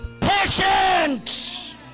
patient